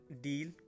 deal